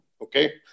Okay